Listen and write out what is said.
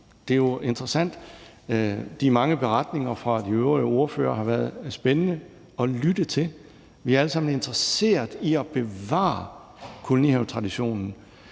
Det er jo interessant, og de mange beretninger fra de øvrige ordførere har været spændende at lytte til. Vi er alle sammen interesseret i at bevare kolonihavetraditionen.